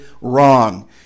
wrong